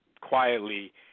quietly